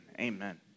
Amen